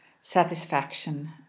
satisfaction